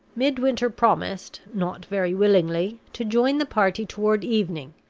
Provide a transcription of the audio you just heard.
midwinter promised, not very willingly, to join the party toward evening,